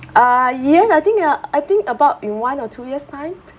uh yes I think uh I think about in one or two years time